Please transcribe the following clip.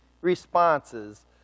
responses